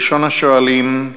ראשון השואלים,